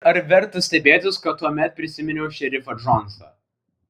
ir ar verta stebėtis kad tuomet prisiminiau šerifą džonsą